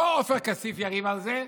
לא עופר כסיף יריב על זה,